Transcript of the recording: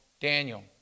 Daniel